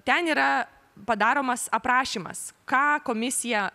ten yra padaromas aprašymas ką komisija